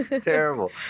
terrible